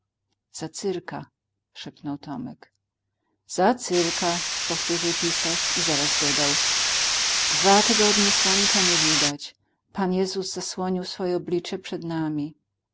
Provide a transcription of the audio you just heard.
cyrka szepnął tomek za cyrka powtórzył pisarz i zaraz dodał dwa tygodnie słonka nie widać paniezus zasłonił swoje oblicze przed nami